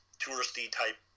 touristy-type